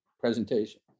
presentation